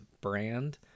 brand